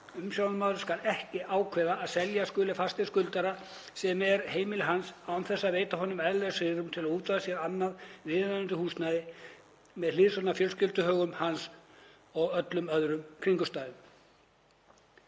Umsjónarmaður skal ekki ákveða að selja skuli fasteign skuldara sem er heimili hans án þess að veita honum eðlilegt svigrúm til að útvega sér annað viðunandi húsnæði með hliðsjón af fjölskylduhögum hans og öllum öðrum kringumstæðum.“